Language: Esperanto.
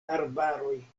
arbaroj